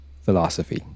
philosophy